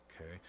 Okay